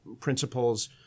principles